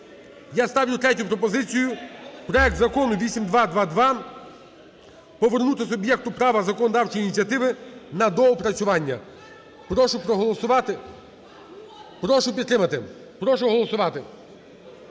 Я ставлю третю пропозицію проект Закону 8222 повернути суб'єкту права законодавчої ініціативи на доопрацювання, прошу проголосувати, прошу підтримати, прошу голосувати.